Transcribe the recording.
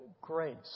grace